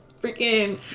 freaking